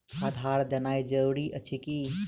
आधार देनाय जरूरी अछि की?